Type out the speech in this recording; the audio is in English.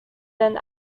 than